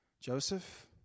Joseph